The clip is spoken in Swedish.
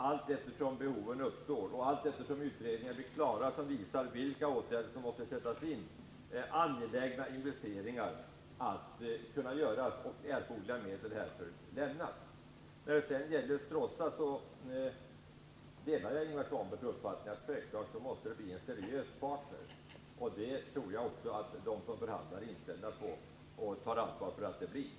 Allteftersom behoven uppstår och allteftersom utredningar blir klara som visar vilka åtgärder som måste sättas in kommer angelägna investeringar självfallet att kunna göras och erforderliga medel härför ställas till förfogande. När det gäller Stråssa vill jag säga att jag delar Ingvar Svanbergs uppfattning att det självfallet måste bli fråga om en seriös partner, och det tror jag också att de som förhandlar är inställda på och tar ansvar för att det blir.